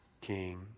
king